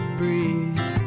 breeze